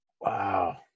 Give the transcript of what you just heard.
Wow